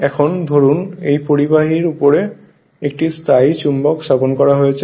এখন ধরুন এই পরিবাহীর উপরে একটি স্থায়ী চুম্বক স্থাপন করা হয়েছে